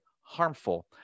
harmful